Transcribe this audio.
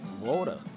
Water